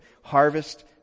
harvest